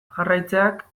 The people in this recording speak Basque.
jarraitzeak